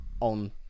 on